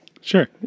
sure